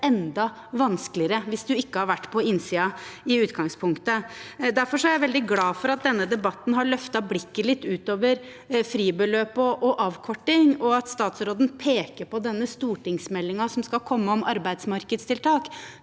enda vanskeligere hvis man ikke har vært på innsiden i utgangspunktet. Jeg er derfor veldig glad for at denne debatten har løftet blikket litt utover fribeløp og avkorting, og at statsråden peker på stortingsmeldingen som skal komme om arbeidsmarkedstiltak,